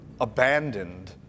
abandoned